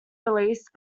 released